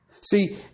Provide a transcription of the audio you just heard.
See